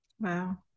wow